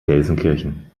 gelsenkirchen